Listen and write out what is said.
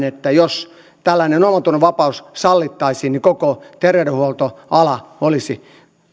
että jos tällainen omantunnonvapaus sallittaisiin niin koko terveydenhuoltoala olisi